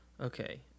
Okay